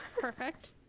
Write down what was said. Perfect